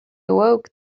awoke